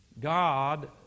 God